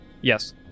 Yes